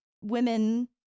women